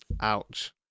Ouch